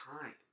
time